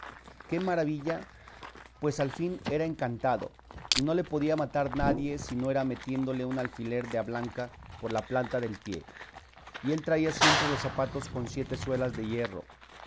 qué maravilla pues al fin era encantado y no le podía matar nadie si no era metiéndole un alfiler de a blanca por la planta del pie y él traía siempre los zapatos con siete suelas de hierro